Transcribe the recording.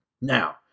Now